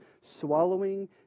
swallowing